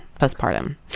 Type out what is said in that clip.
postpartum